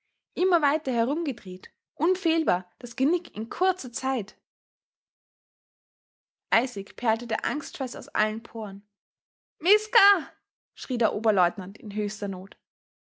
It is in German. immer weiter herumgedreht unfehlbar das genick in kurzer zeit eisig perlte der angstschweiß aus allen poren miska schrie der oberleutnant in höchster not